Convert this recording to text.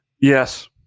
yes